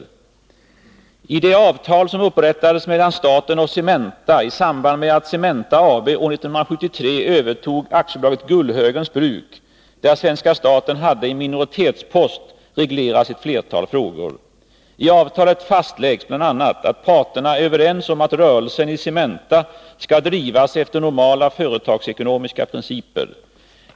I det avtal som upprättades mellan staten och Cementa i samband med att Cementa AB år 1973 övertog AB Gullhögens Bruk, där svenska staten hade en minoritetspost, regleras ett flertal frågor. I avtalet fastläggs bl.a. att parterna är överens om att rörelsen i Cementa skall drivas efter normala företagsekonomiska principer.